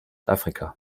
afrika